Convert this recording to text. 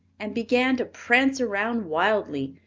and began to prance around wildly,